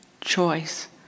choice